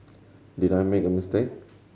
did I make a mistake